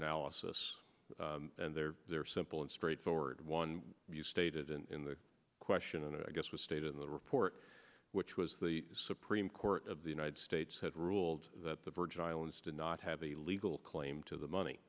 analysis and there there are simple and straightforward one you stated in the question and i guess was stated in the report which was the supreme court of the united states had ruled that the virgin islands did not have a legal claim to the money